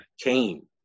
came